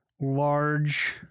large